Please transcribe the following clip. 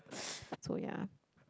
so yeah